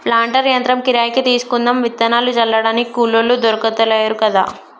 planter యంత్రం కిరాయికి తీసుకుందాం విత్తనాలు జల్లడానికి కూలోళ్లు దొర్కుతలేరు కదా